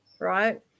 right